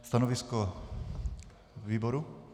Stanovisko výboru?